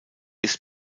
ist